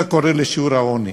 מה קורה לשיעור העוני.